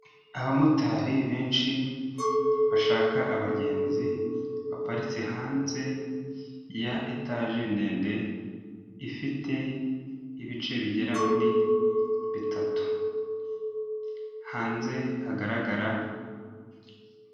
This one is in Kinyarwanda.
Abamotari benshi, bashaka abagenzi, baparitse hanze ya etaje ndende, ifite ibice bigera muri bitatu. Hanze hagaragara...